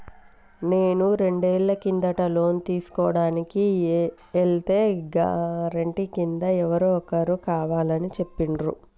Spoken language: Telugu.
నేను రెండేళ్ల కిందట లోను తీసుకోడానికి ఎల్తే గారెంటీ కింద ఎవరో ఒకరు కావాలని చెప్పిండ్రు